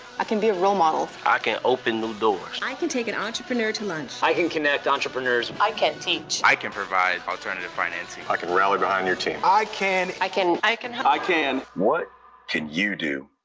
i can be a role model. i can open new doors. i can take an entrepreneur to lunch. i can connect entrepreneurs. i can teach. i can provide alternative financing. i can rally behind your team. ah i can. i can. i can. i can. what can you do?